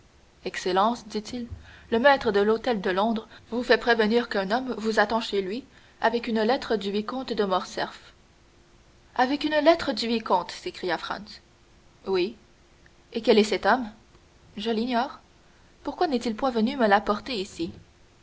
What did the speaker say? excellence dit-il le maître de l'hôtel de londres vous fait prévenir qu'un homme vous attend chez lui avec une lettre du vicomte de morcerf avec une lettre du vicomte s'écria franz oui et quel est cet homme je l'ignore pourquoi n'est-il point venu me l'apporter ici